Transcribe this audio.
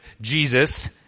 Jesus